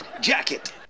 jacket